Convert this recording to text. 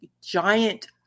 giant